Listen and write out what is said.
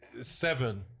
seven